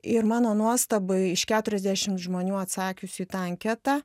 ir mano nuostabai iš keturiasdešim žmonių atsakiusių į tą anketą